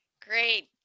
Great